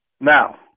Now